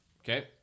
Okay